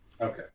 Okay